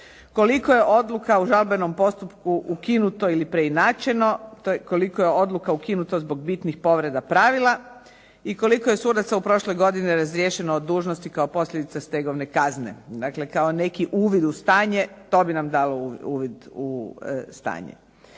koliko je odluka u žalbenom postupku ukinuto ili preinačeno. To je koliko je odluka ukinuto zbog bitnih povreda pravila i koliko je sudaca u prošloj godini razriješeno od dužnosti kao posljedica stegovne kazne, dakle kao neki uvid u stanje, to bi nam dalo uvid u stanje.